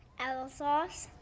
apple sauce.